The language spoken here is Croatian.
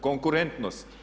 Konkurentnost.